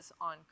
on